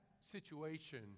situation